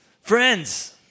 Friends